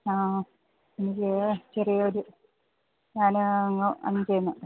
ആ എനിക്ക് ചെറിയൊരു ഞാന്